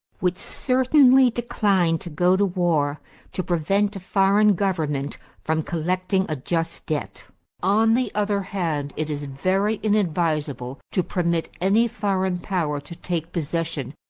would certainly decline to go to war to prevent a foreign government from collecting a just debt on the other hand, it is very inadvisable to permit any foreign power to take possession,